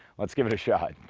let's give it a shot.